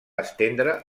estendre